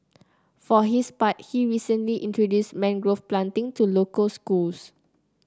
for his part he recently introduced mangrove planting to local schools